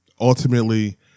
ultimately